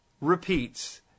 repeats